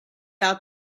out